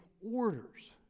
orders